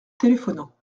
téléphonant